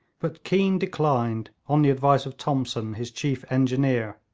but keane declined, on the advice of thomson, his chief engineer,